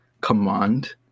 command